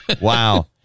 Wow